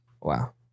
wow